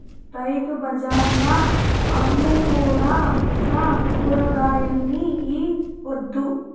రైతు బజార్ల అమ్ముకురా బిడ్డా కూరగాయల్ని ఈ పొద్దు